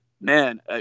man